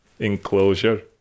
enclosure